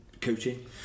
coaching